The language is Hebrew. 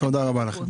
תודה רבה לך.